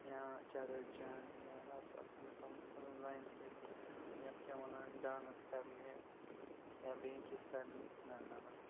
یا چَرٕس چیٚنۍ یا راتَس آسَن گَژھان لکھ ہنٛزَن زَنٮ۪ن سۭتۍ یتھ کیاہ وَنان ڈانٕس کَرنہِ یا بیٚیہ کیٚنٛھ کَرنہِ نہ نہ نہ